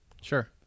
Sure